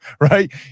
right